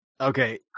Okay